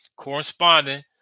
corresponding